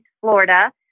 Florida